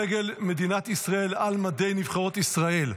(דגל מדינת ישראל על מדי נבחרות ישראל),